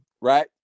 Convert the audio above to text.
right